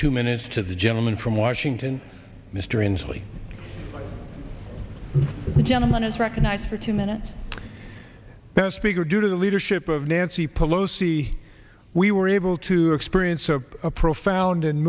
two minutes to the gentleman from washington mr inslee the gentleman is recognized for two minutes best figure due to the leadership of nancy pelosi we were able to experience a profound and